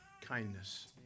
kindness